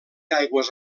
aigües